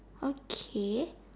okay